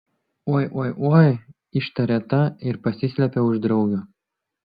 oi oi oi ištarė ta ir pasislėpė už draugių